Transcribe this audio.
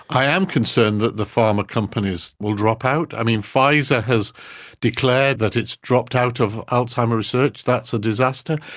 i am concerned that the pharma companies will drop out. i mean, pfizer has declared that it's dropped out of alzheimer's research, that's a disaster.